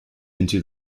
into